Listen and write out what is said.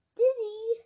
dizzy